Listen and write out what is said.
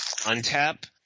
untap